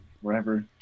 wherever